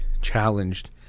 challenged